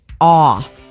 awe